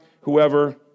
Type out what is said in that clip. whoever